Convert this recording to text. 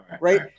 Right